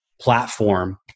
platform